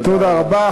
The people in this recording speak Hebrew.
תודה רבה.